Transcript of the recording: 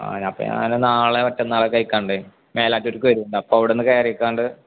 ആ ഞാന് അപ്പോള് ഞാന് നാളെയോ മറ്റന്നാളോ മേലാറ്റൂർക്ക് വരുന്നുണ്ട് അപ്പോള് അവിടെയൊന്ന് കയറിക്കണ്ട്